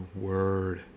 word